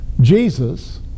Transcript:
Jesus